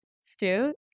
Stu